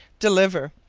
deliver.